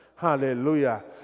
Hallelujah